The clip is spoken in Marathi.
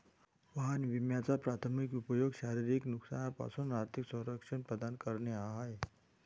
वाहन विम्याचा प्राथमिक उपयोग शारीरिक नुकसानापासून आर्थिक संरक्षण प्रदान करणे हा आहे